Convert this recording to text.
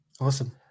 Awesome